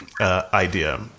idea